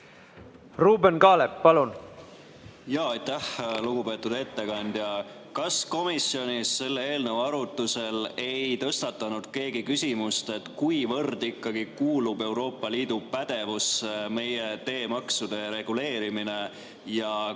Ruuben Kaalep, palun! Aitäh! Lugupeetud ettekandja! Kas komisjonis selle eelnõu arutusel ei tõstatanud keegi küsimust, kuivõrd ikkagi kuulub Euroopa Liidu pädevusse meie teemaksude reguleerimine? Ja kui